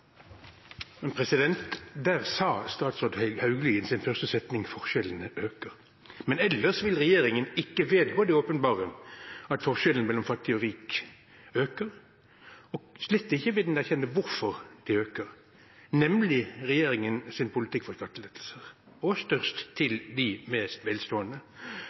Der sa statsråd Hauglie i sin første setning «forskjellene øker». Ellers vil ikke regjeringen vedgå det åpenbare, at forskjellene mellom fattig og rik øker – og den vil slett ikke erkjenne hvorfor de øker, nemlig regjeringens politikk for skattelettelser – med mest til de mest velstående.